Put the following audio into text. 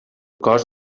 cos